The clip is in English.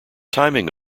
timing